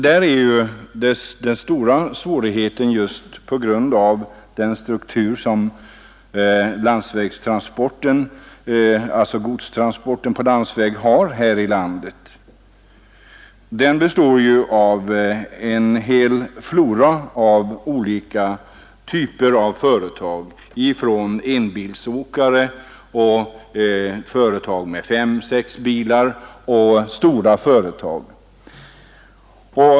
Där är den stora svårigheten just den struktur som godstransporten på landsvägarna har här i landet. Vi har nämligen en rik flora av olika transportföretag, från enbilsåkare och företag med fem sex bilar och verkligt stora företag.